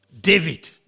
David